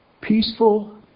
peaceful